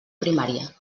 primària